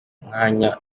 mwanya